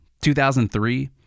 2003